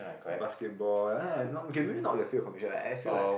basketball then maybe okay maybe not but I feel like